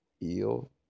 ill